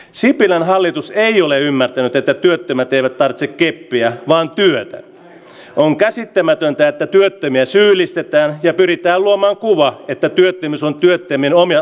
sipilän hallitukseen ei ole ymmärtänyt että työttömät eivät pääse kieppiä vaan työlle on käsittämätöntä että työttömiä syyllistetään ja pyritään luomaan kuvaa että työttömyys on työttömien omia